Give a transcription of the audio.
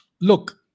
Look